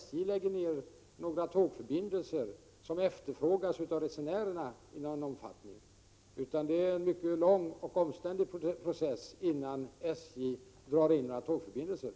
SJ lägger inte ned tågförbindelser som efterfrågas av resenärerna i någon omfattning, utan det är en mycket lång och omständlig process innan SJ drar in några tågförbindelser.